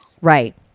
Right